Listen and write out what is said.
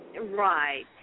Right